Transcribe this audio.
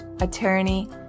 attorney